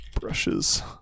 brushes